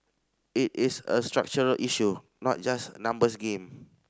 it is a structural issue not just a numbers game